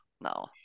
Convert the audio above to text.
no